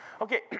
Okay